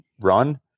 run